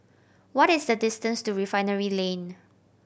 what is the distance to Refinery Lane